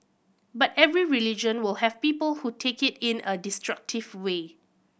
but every religion will have people who take it in a destructive way